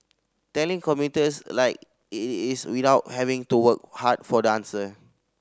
telling commuters like it is without having to work hard for the answer